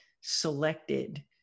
selected